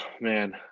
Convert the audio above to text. Man